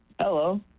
Hello